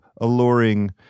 alluring